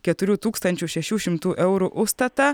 keturių tūkstančių šešių šimtų eurų užstatą